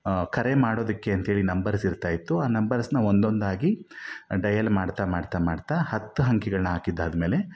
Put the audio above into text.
ಕರೆ ಮಾಡೋದಕ್ಕೆ ಅಂಥೇಳಿ ನಂಬರ್ಸ್ ಇರ್ತಾಯಿತ್ತು ಆ ನಂಬರ್ಸ್ನ ಒಂದೊಂದಾಗಿ ಡೈಯಲ್ ಮಾಡ್ತಾ ಮಾಡ್ತಾ ಮಾಡ್ತಾ ಹತ್ತು ಅಂಕಿಗಳನ್ನ ಹಾಕಿದ್ದಾದ ಮೇಲೆ